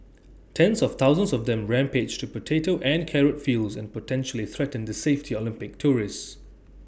tens of thousands of them rampage through potato and carrot fields and potentially threaten the safety Olympics tourists